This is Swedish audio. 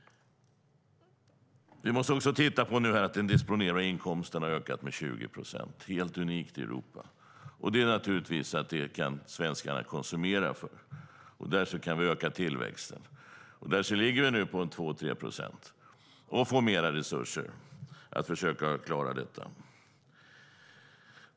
Vi måste också titta på att den disponibla inkomsten har ökat med 20 procent. Det är helt unikt i Europa. Det kan svenskarna konsumera för, och därför kan vi öka tillväxten. Vi ligger nu på 2-3 procent och får mer resurser för att försöka klara detta.